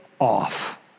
off